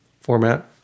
format